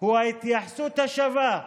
הוא ההתייחסות השווה,